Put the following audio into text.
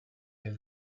have